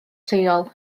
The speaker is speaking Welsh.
lleol